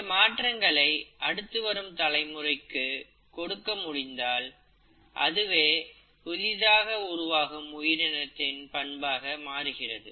இந்த மாற்றங்களை அடுத்து வரும் தலைமுறைக்கு கொடுக்க முடிந்தால் அதுவே புதிதாக உருவாகும் உயிரினத்தின் பண்பாக மாறுகிறது